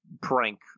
prank